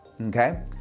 okay